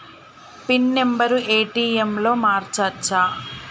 Pin number ATM లో మార్చచ్చా?